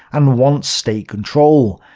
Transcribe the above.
and wants state-control.